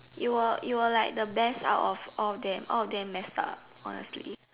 you were you were like the best out of all them all of them messed up honestly